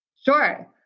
Sure